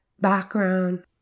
background